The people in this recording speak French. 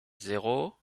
zéro